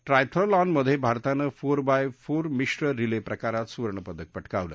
ट्राएथलॉनमध्ये भारतानं four by four मिश्र relay प्रकारात सुवर्णपदक पटकावलं